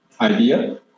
idea